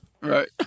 Right